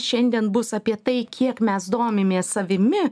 šiandien bus apie tai kiek mes domimės savimi